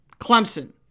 Clemson